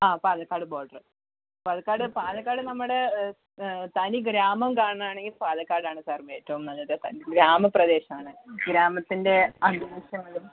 ആ പാലക്കാട് ബോഡറ് പാലക്കാട് പാലക്കാട് നമ്മുടെ തനി ഗ്രാമം കാണാണമെങ്കിൽ പാലക്കാടാണ് സാർ ഏറ്റോം നല്ലത് ഗ്രാമപ്രദേശം ആണ് ഗ്രാമത്തിന്റെ ആ